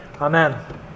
amen